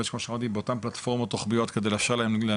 כמו שאמרתי באותן פלטפורמות רוחביות כדי להנגיש